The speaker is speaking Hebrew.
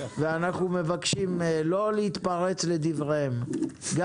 ואנחנו מבקשים לא להתפרץ לדבריהם גם